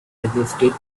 existed